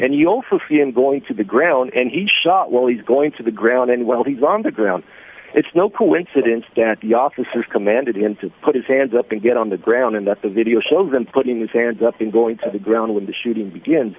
and you also see him going to the ground and he shot while he's going to the ground and while he's on the ground it's no coincidence that the officer commanded him to put his hands up and get on the ground and that the video shows him putting his hands up and going to the ground when the shooting begins